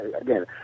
Again